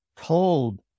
told